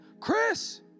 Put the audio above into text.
Chris